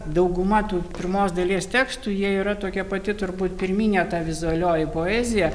dauguma tų pirmos dalies tekstų jie yra tokia pati turbūt pirminė ta vizualioji poezija